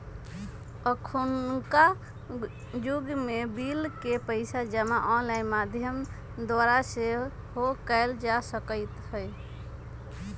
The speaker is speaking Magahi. अखुन्का जुग में बिल के पइसा जमा ऑनलाइन माध्यम द्वारा सेहो कयल जा सकइत हइ